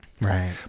Right